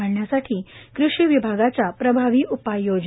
घालण्यासाठी कृषी विभागाच्या प्रभावी उपाययोजना